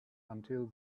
until